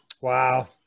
Wow